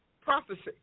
prophecy